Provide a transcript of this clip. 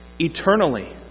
eternally